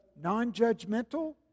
non-judgmental